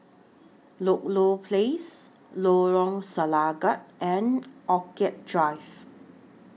Ludlow Place Lorong Selangat and Orchid Drive